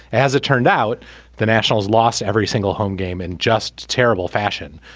as it turned out the nationals lost every single home game in just terrible fashion.